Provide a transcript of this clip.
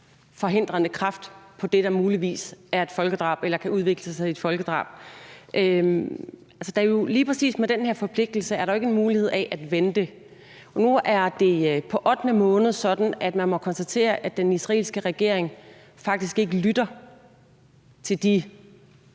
forhindrende kraft i forhold til det, der muligvis er et folkedrab eller kan udvikle sig til et folkedrab? Lige præcis med den her forpligtelse er der jo ikke den mulighed at vente. Nu er det på ottende måned sådan, at man må konstatere, at den israelske regering faktisk ikke lytter, og